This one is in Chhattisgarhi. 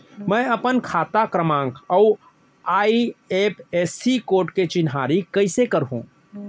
मैं अपन खाता क्रमाँक अऊ आई.एफ.एस.सी कोड के चिन्हारी कइसे करहूँ?